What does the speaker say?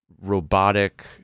robotic